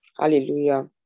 Hallelujah